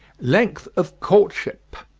length of courtship.